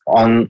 on